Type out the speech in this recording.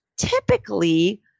Typically